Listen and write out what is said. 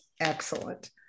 excellent